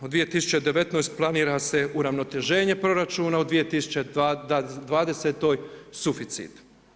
U 2019. planira se uravnoteženje proračuna, u 2020. suficit.